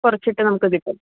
കുറച്ചിട്ട് നമുക്ക് കിട്ടും